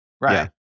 Right